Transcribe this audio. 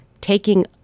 taking